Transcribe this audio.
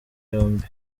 yombi